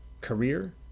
career